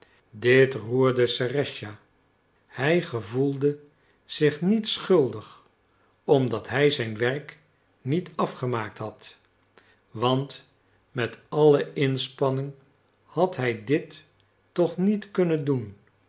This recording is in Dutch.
dit roerde serëscha hij gevoelde zich niet schuldig omdat hij zijn werk niet afgemaakt had want met alle inspanning had hij dit toch niet kunnen doen